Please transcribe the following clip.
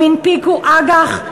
הם הנפיקו אג"ח,